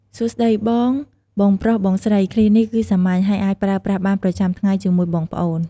"សួស្ដីបង បងប្រុស បងស្រី!" ឃ្លានេះគឺសាមញ្ញ ហើយអាចប្រើប្រាស់បានប្រចាំថ្ងៃជាមួយបងប្អូន។